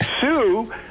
sue